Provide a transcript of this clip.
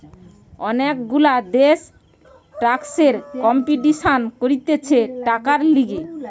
অনেক গুলা দেশ ট্যাক্সের কম্পিটিশান করতিছে টাকার লিগে